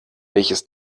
welches